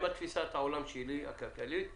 עם תפיסת העולם הכלכלית שלי,